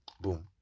boom